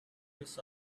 miss